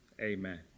Amen